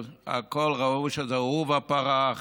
הכול ראו שזה עורבא פרח,